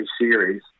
series